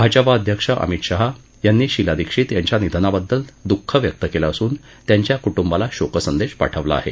भाजपा अध्यक्ष अमित शहा यांनी शिला दीक्षित यांच्या निधनाबद्दल दुःख व्यक्त केलं असून त्यांच्या कुटुंबाला शोक संदेश पाठवला आहे